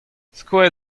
skoet